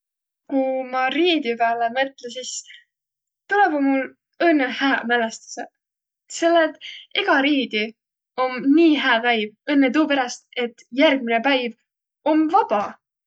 Ku ma riidi pääle mõtlõ, sis tulõvaq mul õnnõ hääq mälestüseq, selle et ega riidi om nii hää päiv õnnõ tuu peräst, et järgmäne päiv om vaba.